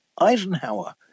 Eisenhower